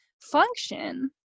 function